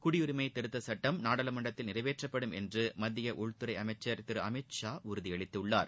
குடியுரிமை திருத்த சுட்டம் நாடாளுமன்றத்தில் நிறைவேற்றப்படும் என்று மத்திய உள்துறை அமைச்சர் திரு அமித் ஷா உறுதியளித்துள்ளார்